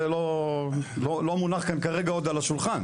זה לא מונח כאן כרגע על השולחן,